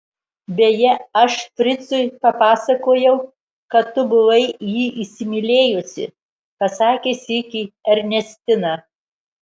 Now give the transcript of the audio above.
beje aš fricui papasakojau kad tu buvai jį įsimylėjusi pasakė sykį ernestina